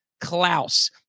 Klaus